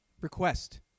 Request